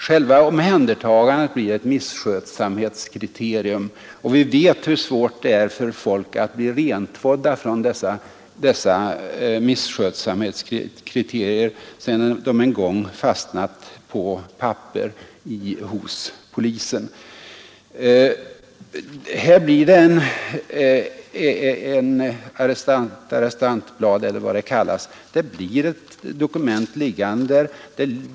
Själva omhändertagandet blir ett misskötsamhetskriterium, och vi vet hur svårt det är för folk att bli rentvådda från dessa misskötsamhetsanteckningar sedan de en gång fastnat på papper hos polisen. Det blir ett arrestantblad eller vad det kallas, det blir ett dokument liggande där.